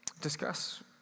discuss